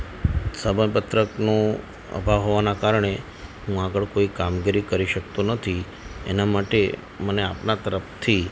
સમયપત્રકના અભાવ હોવાના કારણે હું આગળ કોઈ કામગીરી કરી શકતો નથી એના માટે મને આપના તરફથી